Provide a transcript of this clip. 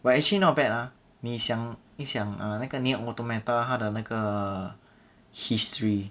but actually not bad ah 你想一想啊那个 nier automata 他的那个 history